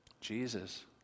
Jesus